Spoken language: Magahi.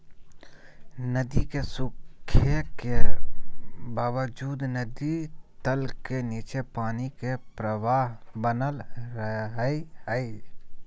नदी के सूखे के बावजूद नदी तल के नीचे पानी के प्रवाह बनल रहइ हइ